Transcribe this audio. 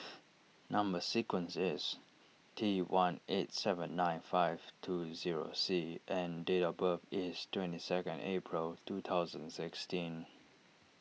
Number Sequence is T one eight seven nine five two zero C and date of birth is twenty second April two thousand sixteen